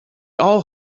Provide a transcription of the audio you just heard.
all